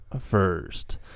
first